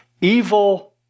Evil